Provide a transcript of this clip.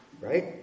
Right